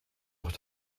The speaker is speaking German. auch